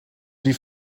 die